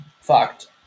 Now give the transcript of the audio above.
fucked